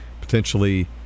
potentially